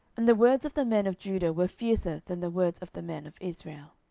and the words of the men of judah were fiercer than the words of the men of israel.